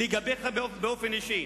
לגביך באופן אישי,